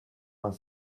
vingt